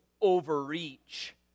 overreach